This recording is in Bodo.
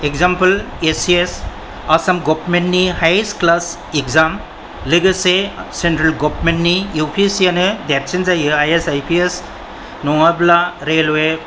example A C S Assam गवार्नमेन्टनि हाइएस्ट क्लास एकजाम लोगोसे सेन्ट्रेल गवार्नमेन्टनि इउ पि एस सियानो देरसिन जायो I S I P S नङाब्ला रेलवे